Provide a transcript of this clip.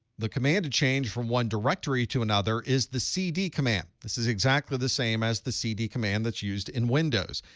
the command to change from one directory to another is the cd command. this is exactly the same as the cd command that's used in windows.